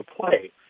play